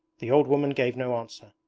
the old woman gave no answer.